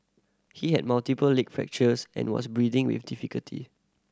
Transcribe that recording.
he had multiple leg fractures and was breathing with difficulty